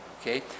Okay